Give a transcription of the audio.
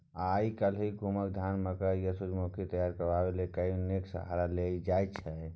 आइ काल्हि गहुम, धान, मकय आ सूरजमुखीकेँ तैयार करबा लेल कंबाइनेक सहारा लेल जाइ छै